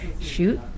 Shoot